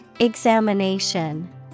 Examination